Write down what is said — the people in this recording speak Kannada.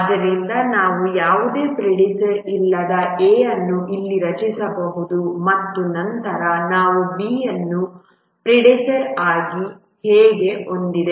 ಆದ್ದರಿಂದ ನಾವು ಯಾವುದೇ ಪ್ರಿಡೆಸೆಸ್ಸರ್ ಇಲ್ಲದ A ಅನ್ನು ಇಲ್ಲಿ ರಚಿಸಬಹುದು ಮತ್ತು ನಂತರ ನಾವು B ಅನ್ನು ಪ್ರಿಡೆಸೆಸ್ಸರ್ ಆಗಿ A ಹೊಂದಿದೆ